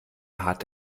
hart